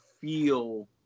feel